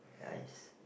nice